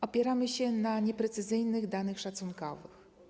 Opieramy się na nieprecyzyjnych danych szacunkowych.